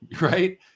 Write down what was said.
right